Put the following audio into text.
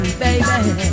baby